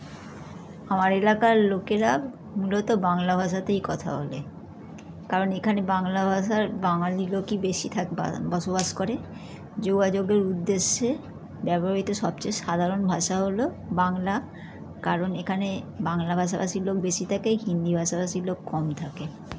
আমার এলাকার লোকেরা মূলত বাংলা ভাষাতেই কথা বলে কারণ এখানে বাংলা ভাষার বাঙালি লোকই বেশি থাকে বসবাস করে যোগাযোগের উদ্দেশ্যে ব্যবহৃত সবচেয়ে সাধারণ ভাষা হলো বাংলা কারণ এখানে বাংলা ভাষাভাষীর লোক বেশি থাকে হিন্দি ভাষাভাষীর লোক কম থাকে